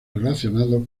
relacionados